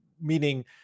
meaning